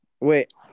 Wait